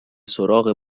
سراغ